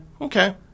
Okay